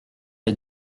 les